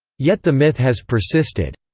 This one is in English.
yet the myth has persisted.